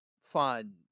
fun